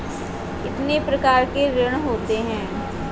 कितने प्रकार के ऋण होते हैं?